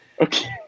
Okay